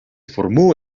formó